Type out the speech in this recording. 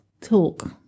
talk